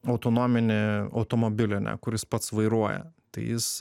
autonominį automobilį ane kuris pats vairuoja tai jis